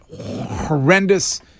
horrendous